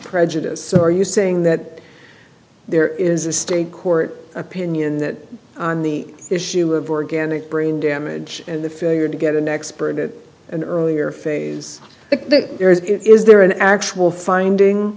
prejudice are you saying that there is a state court opinion that on the issue of organic brain damage and the failure to get an expert in an earlier for the is there an actual finding